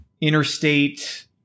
Interstate